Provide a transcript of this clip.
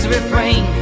refrain